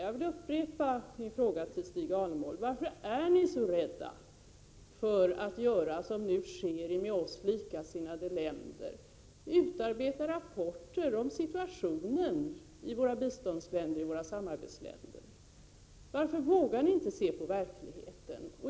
Jag upprepar min fråga till Stig Alemyr: Varför är ni så rädda för att — som man gör i likasinnade länder — utarbeta rapporter om situationen i våra biståndsländer, i våra samarbetsländer? Varför vågar ni inte se på verkligheten?